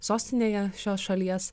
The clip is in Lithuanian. sostinėje šios šalies